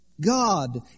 God